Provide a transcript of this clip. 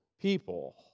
people